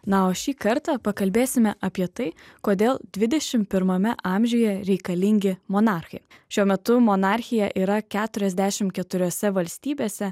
na o šį kartą pakalbėsime apie tai kodėl dvidešimt pirmame amžiuje reikalingi monarchai šiuo metu monarchija yra keturiasdešimt keturiose valstybėse